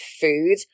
food